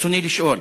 ברצוני לשאול: